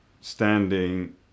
Standing